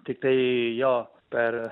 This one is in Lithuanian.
tiktai jo per